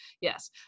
yes